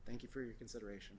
thank you for your consideration